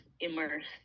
immersed